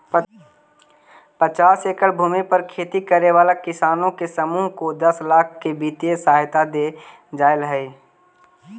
पचास एकड़ भूमि पर खेती करे वाला किसानों के समूह को दस लाख की वित्तीय सहायता दे जाईल हई